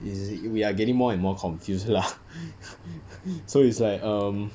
is we are getting more and more confused lah so it's like um